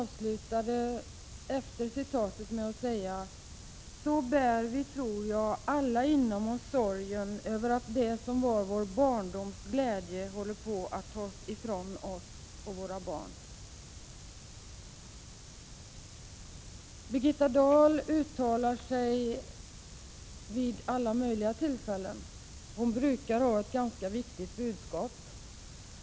Efter detta citat sade hon: ”Så bär vi, tror jag, alla inom oss sorgen över att det, som var vår barndoms glädje, håller på att tas ifrån oss och våra barn.” Birgitta Dahl uttalar sig vid alla möjliga tillfällen. Hon brukar ha ett ganska viktigt budskap.